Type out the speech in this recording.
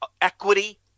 equity